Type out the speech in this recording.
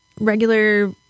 regular